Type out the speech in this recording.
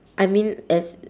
I mean as